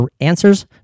answers